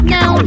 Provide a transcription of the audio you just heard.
Now